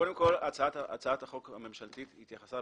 קודם כול, הצעת החוק הממשלתית התייחסה